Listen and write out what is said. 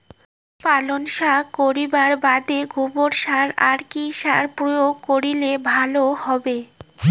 পালং শাক করিবার বাদে গোবর ছাড়া আর কি সার প্রয়োগ করিলে ভালো হবে?